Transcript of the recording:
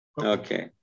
Okay